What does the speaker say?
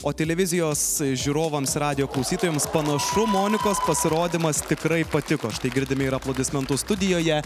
o televizijos žiūrovams radijo klausytojams panašu monikos pasirodymas tikrai patiko štai girdime ir aplodismentus studijoje